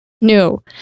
No